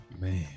man